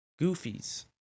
goofies